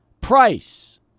price